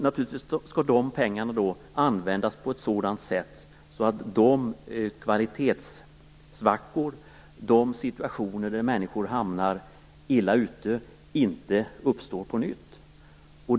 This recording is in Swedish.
Naturligtvis skall dessa pengar användas på ett sådant sätt att de kvalitetssvackor och de situationer där människor råkar illa ut inte uppstår på nytt.